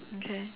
okay